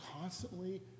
constantly